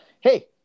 hey